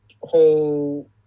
whole